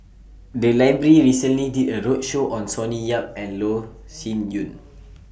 The Library recently did A roadshow on Sonny Yap and Loh Sin Yun